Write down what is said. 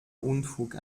unfug